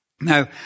Now